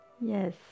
Yes